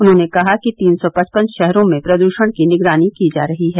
उन्होंने कहा कि तीन सौ पचपन शहरों में प्रदूषण की निगरानी की जा रही है